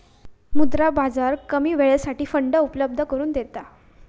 मुद्रा बाजार कमी वेळेसाठी फंड उपलब्ध करून देता